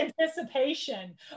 anticipation